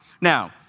Now